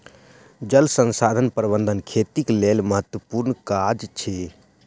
जल संसाधन प्रबंधन खेतीक लेल महत्त्वपूर्ण काज अछि